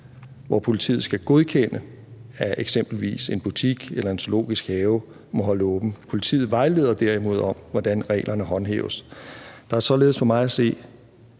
hvor politiet skal godkende, at eksempelvis en butik eller en zoologisk have holder åbent. Politiet vejleder derimod om, hvordan reglerne håndhæves. Der er således for mig at se